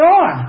on